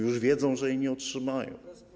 Już wiedzą, że jej nie otrzymają.